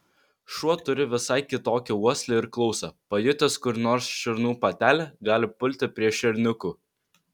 šuo turi visai kitokią uoslę ir klausą pajutęs kur nors šernų patelę gali pulti prie šerniukų